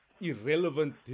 irrelevant